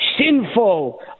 sinful